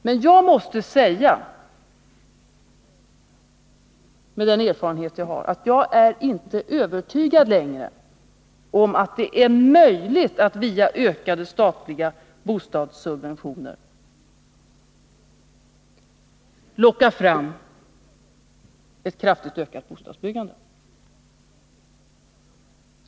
Men jag måste med den erfarenhet som jag har säga att jag inte längre är övertygad om att det är möjligt att via ökade statliga bostadssubventioner locka fram ett kraftigt ökat bostadsbyggande.